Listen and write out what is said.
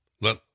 Let